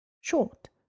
short